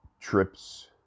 trips